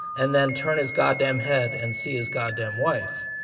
and then turn his goddamn head and see his goddamn wife.